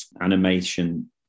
animation